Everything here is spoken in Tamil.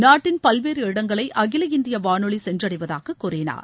நாட்டின் பல்வேறு இடங்களை அகில இந்திய வானொலி சென்றடைவதாக கூறினார்